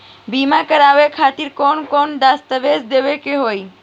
बीमा करवाए खातिर कौन कौन दस्तावेज़ देवे के होई?